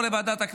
בעד,